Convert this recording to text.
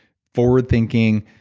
forward thinking,